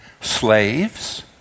slaves